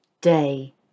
Day